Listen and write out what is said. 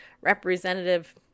Representative